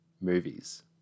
Movies